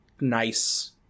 nice